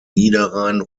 niederrhein